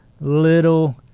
little